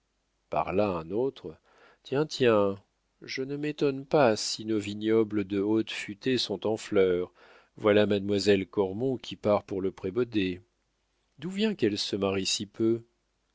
par là un autre tiens tiens je ne m'étonne pas si nos vignobles de haute futaie sont en fleurs voilà mademoiselle cormon qui part pour le prébaudet d'où vient qu'elle se marie si peu